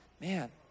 Man